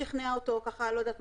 שכנע אותו בקניון,